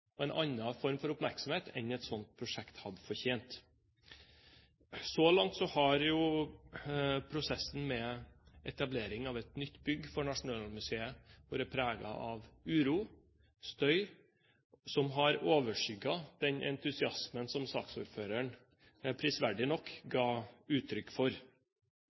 hadde fortjent. Så langt har prosessen med etablering av et nytt bygg for Nasjonalmuseet vært preget av uro og støy, som har overskygget den entusiasmen som saksordføreren prisverdig nok ga uttrykk for.